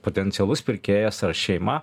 potencialus pirkėjas tai yra šeima